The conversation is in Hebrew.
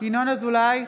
ינון אזולאי,